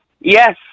Yes